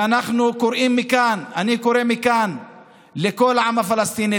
ואנחנו קוראים מכאן אני קורא מכאן לכל העם הפלסטיני,